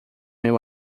meu